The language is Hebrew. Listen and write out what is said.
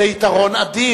זה יתרון אדיר.